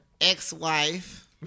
ex-wife